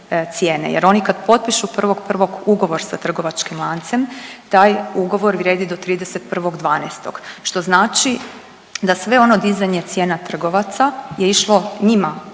jer oni kad potpišu 1.1. ugovor sa trgovačkim lancem taj ugovor vrijedi do 31.12., što znači da sve ono dizanje cijena trgovaca je išlo njima u